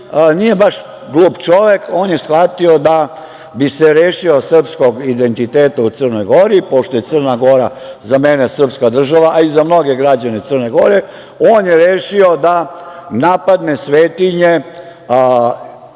nije baš glup čovek, on je shvatio da bi se rešio srpskog identiteta u Crnoj Gori, pošto je Crna Gora za mene srpska država, a i za mnoge građane Crne Gore, on je rešio da napadne svetinje i